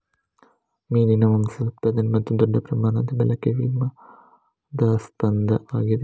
ಮೀನಿನ ಮಾಂಸದ ಉತ್ಪಾದನೆ ಮತ್ತು ದೊಡ್ಡ ಪ್ರಮಾಣದ ಬಳಕೆ ವಿವಾದಾಸ್ಪದವಾಗಿದೆ